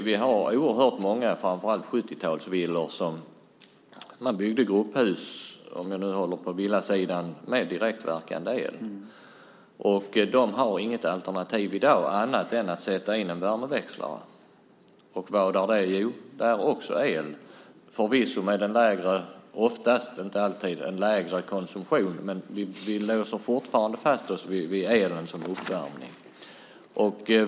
Vi har framför allt oerhört många 70-talsvillor då man byggde grupphus, om jag nu håller mig på villasidan, med direktverkande el. Där finns inget alternativ i dag annat än att sätta in en värmeväxlare. Det är också el, förvisso oftast, men inte alltid, med en lägre konsumtion, men vi låser fortfarande fast oss vid elen som uppvärmning.